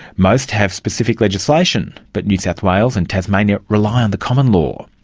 most have specific legislation, but new south wales and tasmania rely on the common law.